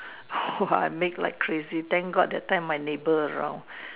!wah! I make like crazy thank God that time my neighbour around